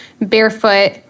barefoot